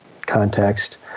context